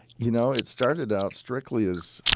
you know it started out strictly as